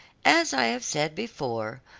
as i have said before,